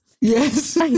yes